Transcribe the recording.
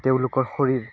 তেওঁলোকৰ শৰীৰ